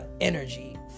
energy